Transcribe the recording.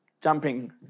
jumping